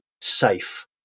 safe